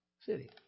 city